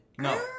No